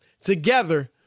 together